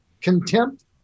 contempt